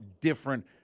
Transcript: different